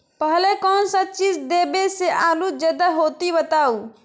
पहले कौन सा चीज देबे से आलू ज्यादा होती बताऊं?